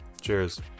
Cheers